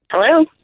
hello